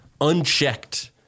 Unchecked